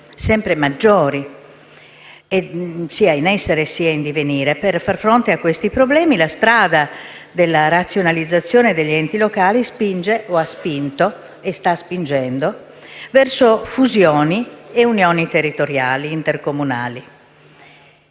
sempre maggiori, sia in essere, sia in divenire. Per far fronte a questi problemi la strada della razionalizzazione degli enti locali, ha spinto, spinge e sta spingendo verso fusioni e unioni territoriali intercomunali.